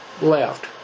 left